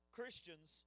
Christians